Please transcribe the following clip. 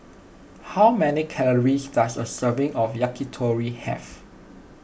how many calories does a serving of Yakitori have